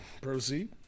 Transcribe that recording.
Proceed